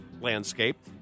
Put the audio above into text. landscape